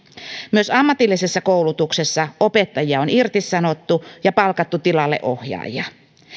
myös ammatillisessa koulutuksessa opettajia on irtisanottu ja palkattu tilalle ohjaajia